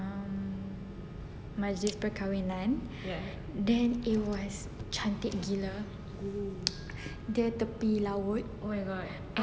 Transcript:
um majlis perkahwinan then it was cantik gila dia tepi laut and